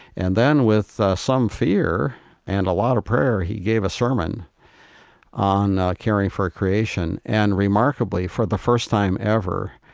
and then with some fear and a lot of prayer, he gave a sermon on caring for creation. and remarkably, for the first time ever,